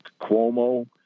Cuomo